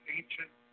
ancient